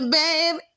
baby